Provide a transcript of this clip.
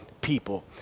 people